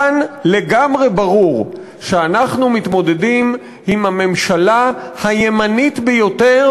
כאן לגמרי ברור שאנחנו מתמודדים עם הממשלה הימנית ביותר,